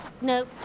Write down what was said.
no